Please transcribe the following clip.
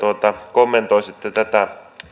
kommentoisitte tätä